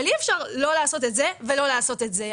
אבל אי אפשר לא לעשות את זה ולא לעשות את זה.